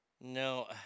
No